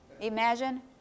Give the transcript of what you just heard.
imagine